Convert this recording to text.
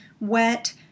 wet